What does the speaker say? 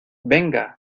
venga